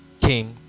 came